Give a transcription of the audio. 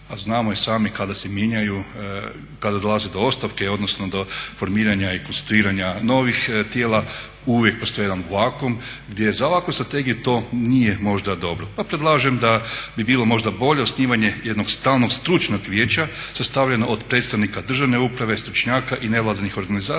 A znamo i sami kada dolazi do ostavke, odnosno do formiranja i konstituiranja novih tijela uvijek postoji jedan vakuum gdje za ovakvu strategiju to nije možda dobro. Pa predlažem da bi bilo možda bolje osnivanje jednog stalnog stručnog vijeća sastavljeno od predstavnika državne uprave, stručnjaka i nevladinih organizacija